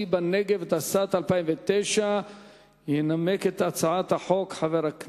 השר, חברי חברי